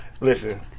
Listen